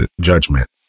judgment